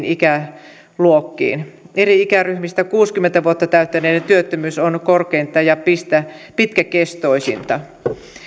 ikäluokkiin eri ikäryhmistä kuusikymmentä vuotta täyttäneiden työttömyys on korkeinta ja pitkäkestoisinta